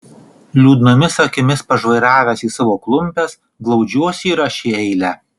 liūdnomis akimis pažvairavęs į savo klumpes glaudžiuosi ir aš į eilę